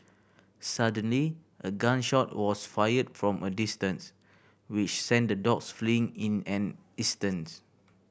suddenly a gun shot was fired from a distance which sent the dogs fleeing in an instance